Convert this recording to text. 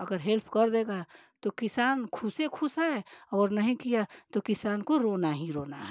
अगर हेल्प कर देगा तो किसान खुसे ख़ुश है और नहीं किया तो किसान को रोना ही रोना है